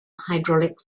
hydraulic